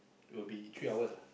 it will be three hours lah